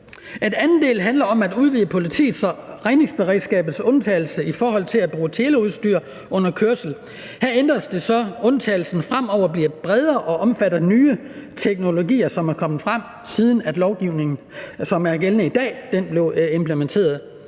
Den anden del handler om at udvide politiets og redningsberedskabets undtagelse i forhold til at bruge teleudstyr under kørsel. Her ændres det, så undtagelsen fremover bliver bredere og omfatter nye teknologier, som er kommet frem, siden lovgivningen, som er gældende i dag,